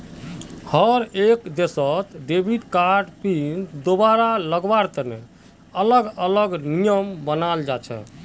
हर एक देशत debit card PIN दुबारा लगावार तने अलग अलग नियम बनाल जा छे